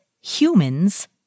humans